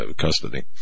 custody